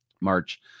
March